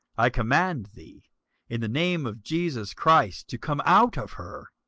i command thee in the name of jesus christ to come out of her.